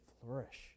flourish